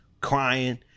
crying